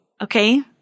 Okay